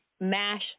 mash